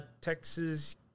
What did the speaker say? Texas